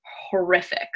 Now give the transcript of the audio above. horrific